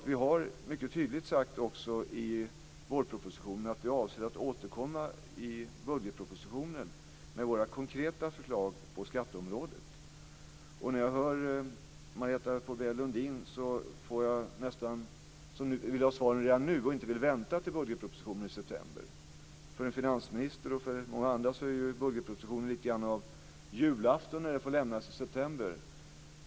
Vi har mycket tydligt sagt i vårpropositionen att vi avser att återkomma i budgetpropositionen med våra konkreta förslag på skatteområdet. Men Marietta de Pourbaix-Lundin vill ha svar redan nu. Hon kan inte vänta till budgetpropositionen i september. För en finansminister och många andra är budgetpropositionens avlämnande i september lite grann av julafton.